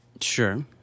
Sure